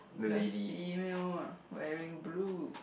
the female ah wearing blue